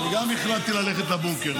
אני גם החלטתי ללכת לבונקר.